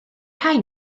rhain